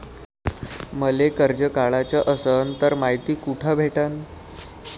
मले कर्ज काढाच असनं तर मायती कुठ भेटनं?